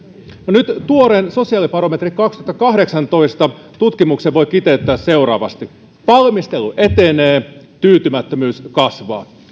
nyt tuoreen sosiaalibarometri kaksituhattakahdeksantoista tutkimuksen voi kiteyttää seuraavasti valmistelu etenee tyytymättömyys kasvaa